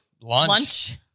Lunch